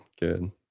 Good